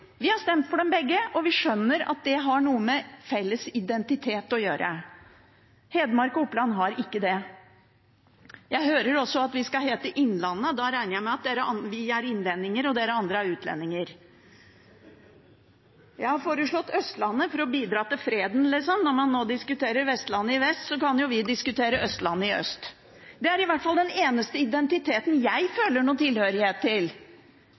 Vi har stemt for dem begge, og vi skjønner at det har noe med felles identitet å gjøre. Hedmark og Oppland har ikke det. Jeg hører også at vi skal hete Innlandet, da regner jeg med at vi er innlendinger, og at de andre er utlendinger. Jeg har foreslått Østlandet for å bidra til freden. Når man nå diskuterer Vestlandet i vest, kan jo vi diskutere Østlandet i øst. Det er i hvert fall den eneste identiteten jeg føler noen tilhørighet til